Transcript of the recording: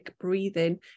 breathing